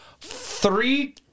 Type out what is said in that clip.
three